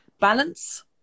balance